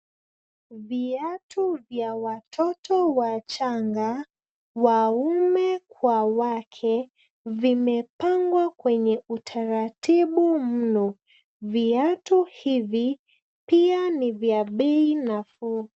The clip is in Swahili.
Viatu vya watoto wachanga, waume kwa wake, vimepangwa kwenye utaratibu mno. Viatu hivi pia ni vya bei nafuu.